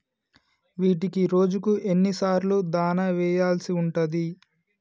వీటికి రోజుకు ఎన్ని సార్లు దాణా వెయ్యాల్సి ఉంటది?